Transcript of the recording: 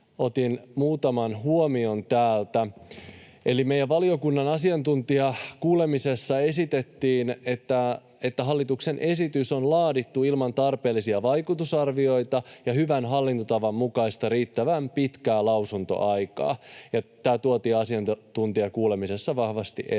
otin muutaman huomion täältä. Meidän valiokunnan asiantuntijakuulemisessa esitettiin, että hallituksen esitys on laadittu ilman tarpeellisia vaikutusarvioita ja hyvän hallintotavan mukaista riittävän pitkää lausuntoaikaa. Tämä tuotiin asiantuntijakuulemisessa vahvasti esille.